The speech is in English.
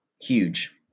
huge